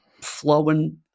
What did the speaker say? flowing